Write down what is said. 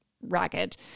ragged